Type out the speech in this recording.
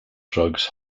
drugs